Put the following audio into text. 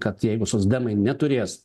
kad jeigu socdemai neturės